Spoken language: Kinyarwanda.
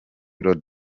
road